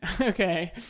Okay